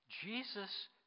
Jesus